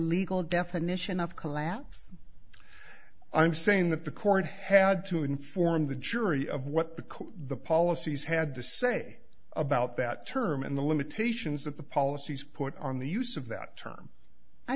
legal definition of collapse i'm saying that the court had to inform the jury of what the code the policies had to say about that term and the limitations that the policies put on the use of that term i